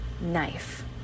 knife